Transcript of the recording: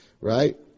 right